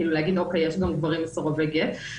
כאילו להגיד: יש גם גברים מסורבי גט.